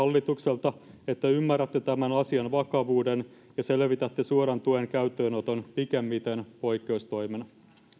hallitukselta että ymmärrätte tämän asian vakavuuden ja selvitätte suoran tuen käyttöönoton pikimmiten poikkeustoimena